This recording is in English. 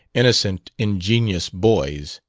innocent, ingenuous boys.